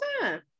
time